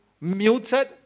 muted